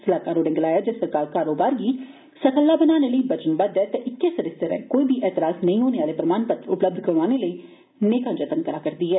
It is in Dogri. सलाहकार होरें गलाया जे सरकार कारोबार गी सखल्ला बनाने लेई वचनबद्द ऐ ते इक्कै सरिस्ते राएं कोई बी ऐतराज नेई होने आले प्रमाणपत्र उपलब्ध करोआने लेई नेकां जतन करा'रदी ऐ